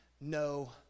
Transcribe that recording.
no